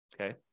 Okay